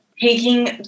taking